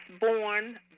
Born